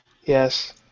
Yes